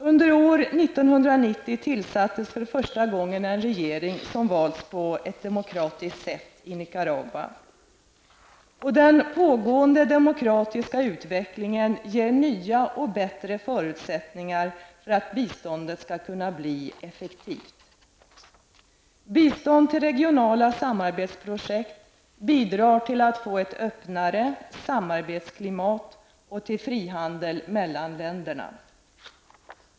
Under år 1990 tillsattes för första gången en regeringen som valts på ett demokratiskt sätt i Nicaragua. Den pågående demokratiska utvecklingen ger nya och bättre förutsättningar för att biståndet skall kunna bli effektivt. Bistånd till regionala samarbetsprojekt bidrar till att få ett öppnare samarbetsklimat och till frihandel mellan länderna.